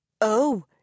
Oh